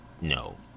no